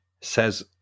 says